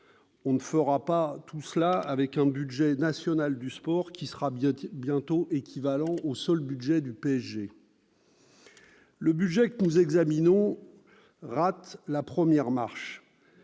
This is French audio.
On ne fera pas tout cela avec un budget national du sport qui sera bientôt équivalent au seul budget du PSG ... Le budget que nous examinons rate la première marche.